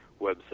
website